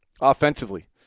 offensively